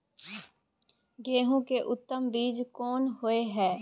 गेहूं के उत्तम बीज कोन होय है?